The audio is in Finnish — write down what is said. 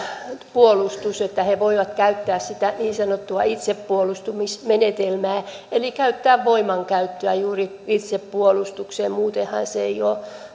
puolustuksesta että he voivat käyttää sitä niin sanottua itsepuolustusmenetelmää eli voimankäyttöä juuri itsepuolustukseen muutenhan se ei ole